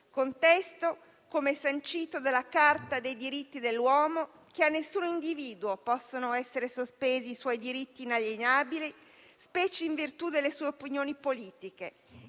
Contesto, come sancito dalla Carta dei diritti dell'uomo, che a un individuo possano essere sospesi i propri diritti inalienabili, specie in virtù delle sue opinioni politiche;